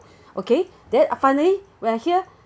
okay then finally when I hear